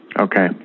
Okay